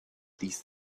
these